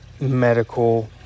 medical